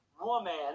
woman